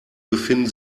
befinden